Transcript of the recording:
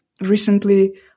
recently